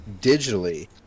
digitally